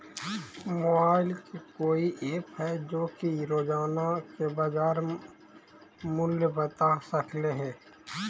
Mobile के कोइ app है जो कि रोजाना के बाजार मुलय बता सकले हे?